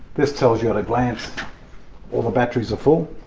this tells you at a glance all the batteries are full,